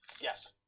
Yes